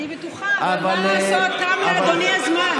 אני בטוחה, אבל מה לעשות שגם לאדוני הזמן תם?